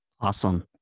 awesome